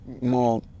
more